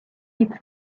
meets